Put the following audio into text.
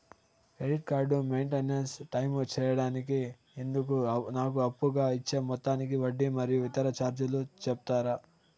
Credit card maintain time సేయడానికి ఇందుకు నాకు అప్పుగా ఇచ్చే మొత్తానికి వడ్డీ మరియు ఇతర చార్జీలు సెప్తారా?